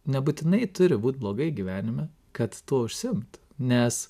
nebūtinai turi būt blogai gyvenime kad tuo užsiimt nes